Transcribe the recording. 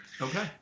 Okay